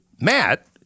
Matt